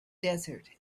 desert